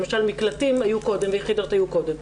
למשל מקלטים היו קודם ויחידות היו קודם.